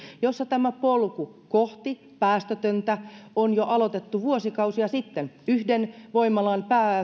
jossa tämä polku kohti päästötöntä on aloitettu jo vuosikausia sitten yhden voimalan